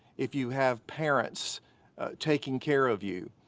if you have parents taking care of you,